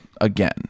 again